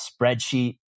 spreadsheet